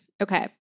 Okay